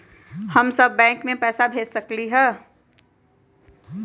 हम सब बैंक में पैसा भेज सकली ह?